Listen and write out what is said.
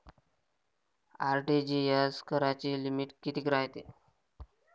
RTGS कराची limit कितीक रायते?